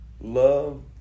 Love